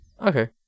Okay